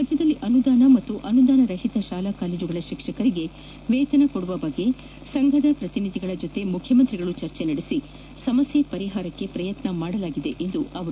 ರಾಜ್ಯದಲ್ಲಿ ಅನುದಾನ ಮತ್ತು ಅನುದಾನ ರಹಿತ ಶಾಲಾ ಕಾಲೇಜುಗಳ ಶಿಕ್ಷಕರಿಗೆ ವೇತನ ಕೊಡುವ ಬಗ್ಗೆ ಸಂಘದ ಪ್ರತಿನಿಧಿಗಳ ಜೊತೆ ಮುಖ್ಯಮಂತ್ರಿಗಳು ಚರ್ಚೆ ನಡೆಸಿ ಸಮಸ್ಯೆ ಪರಿಹಾರಕ್ಕೆ ಪ್ರಯತ್ನ ಮಾಡಲಾಗಿದೆ ಎಂದರು